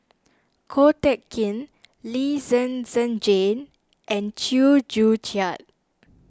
Ko Teck Kin Lee Zhen Zhen Jane and Chew Joo Chiat